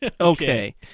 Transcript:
Okay